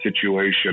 situation